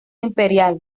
imperial